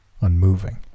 unmoving